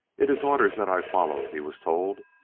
it is orders that i follow, he was told.